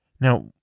Now